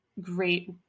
great